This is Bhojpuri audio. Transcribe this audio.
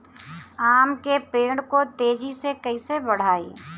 आम के पेड़ को तेजी से कईसे बढ़ाई?